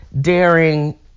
daring